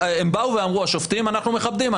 השופטים אמרו: אנחנו מכבדים,